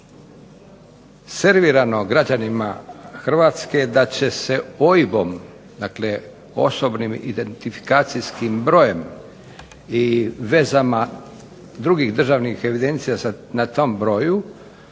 servirano građanima Hrvatske da će se OIB-om, dakle Osobnim identifikacijskim brojem i vezama drugih državnih evidencija na tom broju